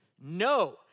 No